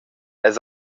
els